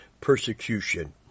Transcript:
persecution